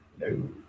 No